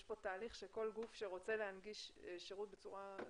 יש כאן תהליך שכל גוף שרוצה להנגיש שירות מרחוק,